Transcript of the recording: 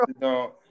No